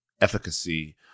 efficacy